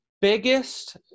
biggest